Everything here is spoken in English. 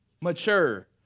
Mature